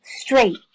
Straight